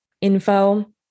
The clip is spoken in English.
info